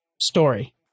story